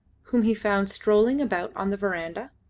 whom he found strolling about on the verandah.